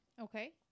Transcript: Okay